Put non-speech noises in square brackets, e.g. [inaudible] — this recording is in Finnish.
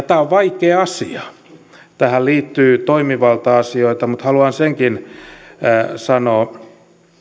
[unintelligible] tämä on vaikea asia tähän liittyy toimivalta asioita mutta haluan senkin sanoa